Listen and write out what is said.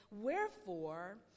wherefore